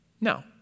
no